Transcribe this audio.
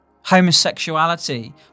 Homosexuality